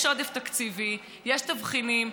יש עודף תקציבי, יש תבחינים.